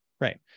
right